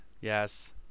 yes